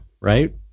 right